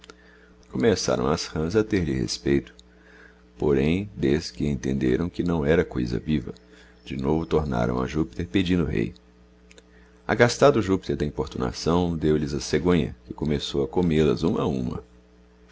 começarão as rãs a ter-lhe respeito porém dês que entenderão que não era cousa viva de novo tornarão a júpiter pedindo rei agastado júpiter da importunação deo lhes a cegonha que começou a comelas huma a huma